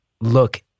look